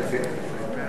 השר איתן יגיד את זה.